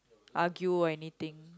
argue or anything